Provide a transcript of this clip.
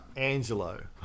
Angelo